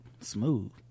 smooth